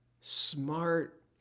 smart